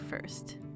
first